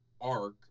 arc